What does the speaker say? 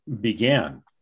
began